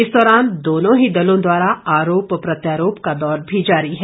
इस दौरान दोनों ही दलों द्वारा आरोप प्रत्यारोप का दौर भी जारी है